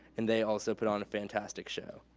and they also put on a fantastic show.